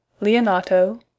Leonato